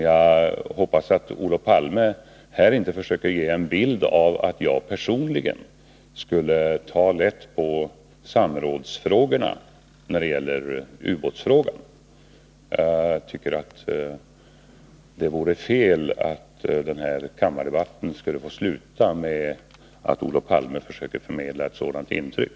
Jag hoppas att Olof Palme här inte försöker ge en bild av att jag personligen skulle ta lätt på samrådsfrågorna när det gäller ubåten. Jag tycker att det vore fel, om den här kammardebatten skulle få sluta med att Olof Palme försökte förmedla ett sådant intryck.